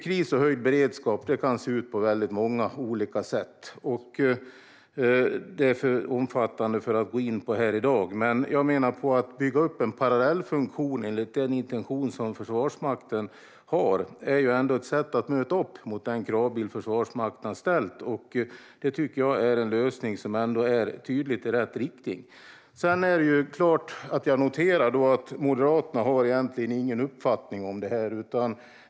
Kris och höjd beredskap kan se ut på väldigt många olika sätt. Detta är alltför omfattande för att gå in på här i dag, men att bygga upp en parallellfunktion enligt den intention som Försvarsmakten har är ändå ett sätt att möta den kravbild som Försvarsmakten har ställt. Det tycker jag är en lösning som tydligt är i rätt riktning. Jag noterar att Moderaterna egentligen inte har någon uppfattning om detta.